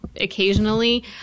occasionally